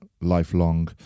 lifelong